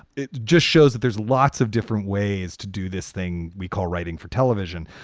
it just shows that there's lots of different ways to do this thing. we call writing for television.